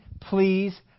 please